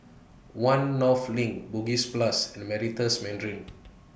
one North LINK Bugis Plus and The Meritus Mandarin